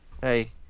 Hey